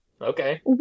Okay